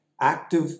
active